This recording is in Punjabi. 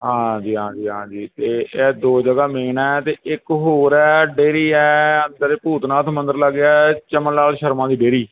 ਹਾਂ ਜੀ ਹਾਂ ਜੀ ਹਾਂ ਜੀ ਅਤੇ ਇਹ ਦੋ ਜਗ੍ਹਾ ਮੇਨ ਹੈ ਅਤੇ ਇੱਕ ਹੋਰ ਹੈ ਡੇਰੀ ਹੈ ਤੇਰੇ ਭੂਤ ਨਾਥ ਮੰਦਰ ਲਾਗੇ ਹੈ ਚਮਨ ਲਾਲ ਸ਼ਰਮਾ ਦੀ ਡੇਰੀ